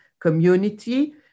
community